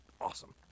awesome